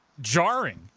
jarring